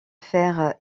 fer